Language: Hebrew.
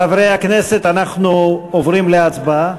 חברי הכנסת, אנחנו עוברים להצבעה.